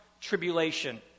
tribulation